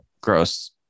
gross